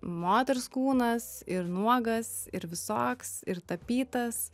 moters kūnas ir nuogas ir visoks ir tapytas